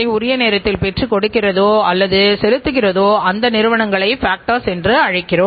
உற்பத்தித்திறனைக் கட்டுப்படுத்துவதற்கு வெளியீடுகள் மற்றும் உள்ளீடுகளை எவ்வாறு அளவிட வேண்டும்